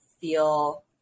feel